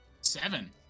Seven